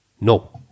No